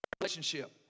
relationship